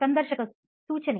ಸಂದರ್ಶಕ ಸೂಚನೆ